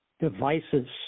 devices